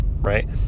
right